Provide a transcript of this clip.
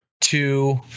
two